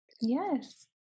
Yes